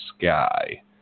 Sky